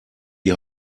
die